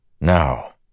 Now